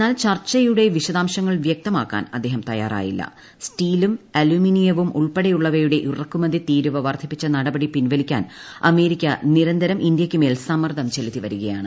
എന്നാൽ ചർച്ചയുടെ പിശദാംശങ്ങൾ വ്യക്തമാക്കാൻ അദ്ദേഹം തയ്യാറായില്ല് സ്റ്റ്ലും അലുമിനീയവും ഉൾപ്പെടെയുള്ളവയുടെ ഇ്റക്കുമതി തീരുവ വർധിപ്പിച്ച നടപടി പിൻവലിക്കാൻ അമേരിക്ക നിരന്തരം ഇന്ത്യക്ക് മേൽ സമ്മർദ്ദം ചെലുത്തിവരികയാണ്